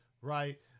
right